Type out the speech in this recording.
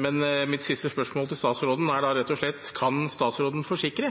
Men mitt siste spørsmål til statsråden er da rett og slett: Kan statsråden forsikre